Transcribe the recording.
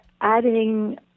adding